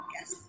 Yes